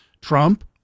Trump